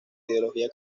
ideología